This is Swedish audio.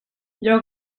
jag